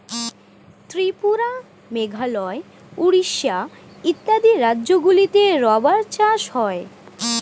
ত্রিপুরা, মেঘালয়, উড়িষ্যা ইত্যাদি রাজ্যগুলিতে রাবার চাষ হয়